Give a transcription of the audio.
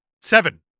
Seven